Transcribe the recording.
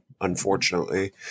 unfortunately